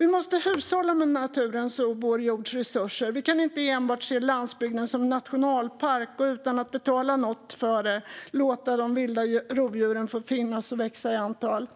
Vi måste hushålla med naturens och vår jords resurser. Vi kan inte enbart se landsbygden som en nationalpark och utan att betala något för det låta de vilda rovdjuren få finnas och växa i antal.